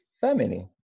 family